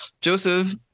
Joseph